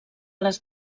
les